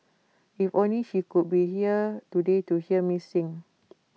if only she could be here today to hear me sing